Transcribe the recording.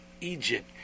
Egypt